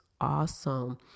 awesome